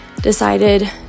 decided